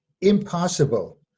impossible